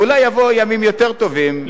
ואולי יבואו ימים יותר טובים,